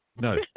No